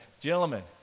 gentlemen